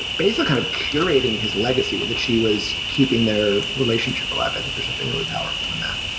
basically kind of curating his legacy that she was keeping their relationship alive, and that there's something really powerful in that